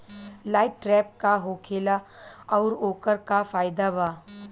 Light trap का होखेला आउर ओकर का फाइदा बा?